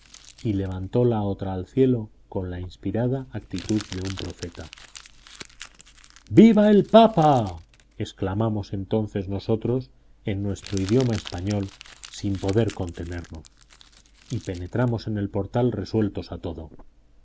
y levantó la otra al cielo con la inspirada actitud de un profeta viva el papa exclamamos entonces nosotros en nuestro idioma español sin poder contenernos y penetramos en el portal resueltos a todo